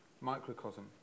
microcosm